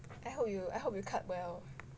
I hope you I hope you cut well